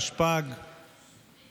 התשפ"ג 2023,